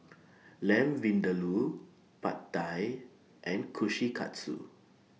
Lamb Vindaloo Pad Thai and Kushikatsu